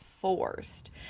forced